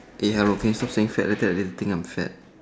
eh stop saying fat later they think I'm fat